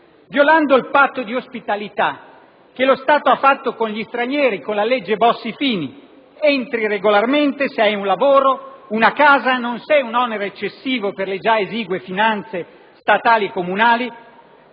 violando il patto di ospitalità che lo Stato ha fatto con gli stranieri con la legge Bossi-Fini (entri regolarmente se hai un lavoro, una casa e non sei un onere eccessivo per le già esigue finanze statali e comunali),